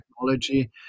technology